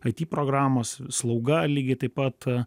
it programos slauga lygiai taip pat